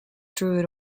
druid